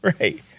Right